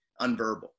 unverbal